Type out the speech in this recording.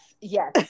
yes